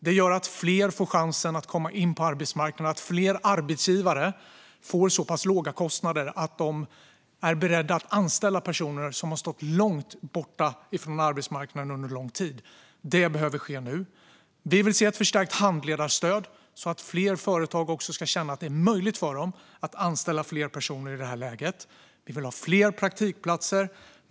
Det gör att fler får chansen att komma in på arbetsmarknaden och att fler arbetsgivare får så pass låga kostnader att de är beredda att anställa personer som har stått långt från arbetsmarknaden under lång tid. Detta behöver ske nu. Vi vill se ett förstärkt handledarstöd så att fler företag ska känna att det är möjligt för dem att anställa fler personer i detta läge. Vi vill ha fler praktikplatser.